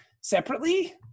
separately